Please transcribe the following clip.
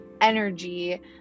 energy